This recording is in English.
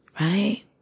Right